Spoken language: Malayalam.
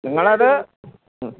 നിങ്ങളത് മ്മ്